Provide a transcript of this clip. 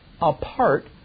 Apart